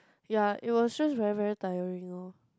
ya it was just very very tiring lorh